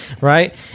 right